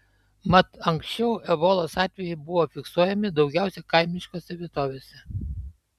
mat anksčiau ebolos atvejai buvo fiksuojami daugiausiai kaimiškose vietovėse